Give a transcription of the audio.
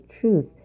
truth